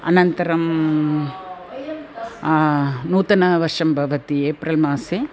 अनन्तरं नूतनवर्षं भवति एप्रिल्मासे